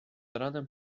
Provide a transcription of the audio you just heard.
ranem